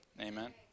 amen